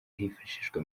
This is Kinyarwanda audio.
hifashishijwe